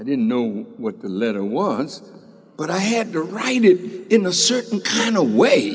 i didn't know what the letter was but i had to write it in a certain